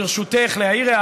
ברשותך להעיר,